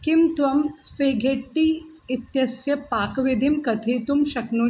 किं त्वं स्वेघेट्टी इत्यस्य पाकविधिं कथयितुं शक्नोषि